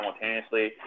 simultaneously